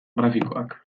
grafikoak